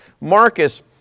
Marcus